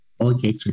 Okay